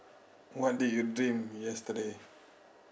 what did you dream yesterday